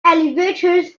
elevators